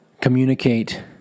communicate